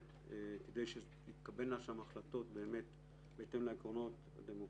כדי שתתקבלנה שם החלטות בהתאם לעקרונות הדמוקרטיים,